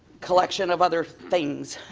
collection of other things.